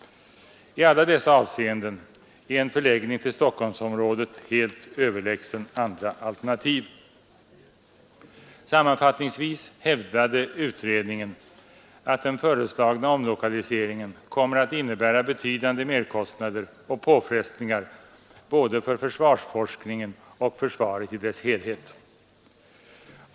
I alla dessa avseenden är en förläggning till Stockholmsområdet helt överlägsen andra alternativ. Sammanfattningsvis hävdar utredningen, att den föreslagna omlokaliseringen kommer att innebära betydande merkostnader och påfrestningar för både försvarsforskningen och försvaret i dess helhet.